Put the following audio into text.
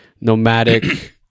nomadic